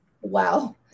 Wow